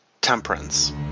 Temperance